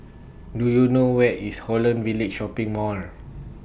Do YOU know Where IS Holland Village Shopping Mall